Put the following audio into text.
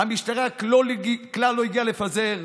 המשטרה כלל לא הגיעה לפזר,